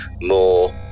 more